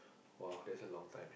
!wow! that's a long time